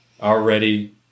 already